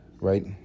Right